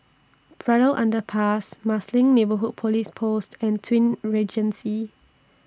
Braddell Underpass Marsiling Neighbourhood Police Post and Twin Regency